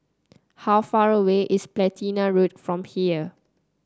how far away is Platina Road from here